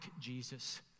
Jesus